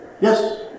yes